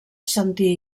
sentí